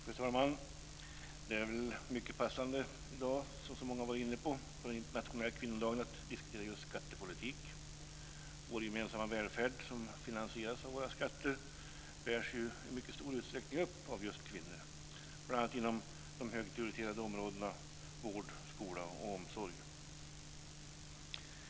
Fru talman! Det är väl mycket passande, som många har varit inne på, att i dag, som är Internationella kvinnodagen, diskutera just skattepolitik. Vår gemensamma välfärd, som finansieras av våra skatter, bärs ju i mycket stor utsträckning upp av just kvinnor, bl.a. inom de högt prioriterade områdena vård, skola och omsorg.